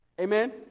Amen